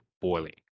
boiling